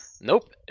Nope